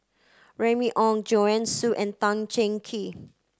Remy Ong Joanne Soo and Tan Cheng Kee